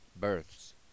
Births